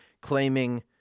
claiming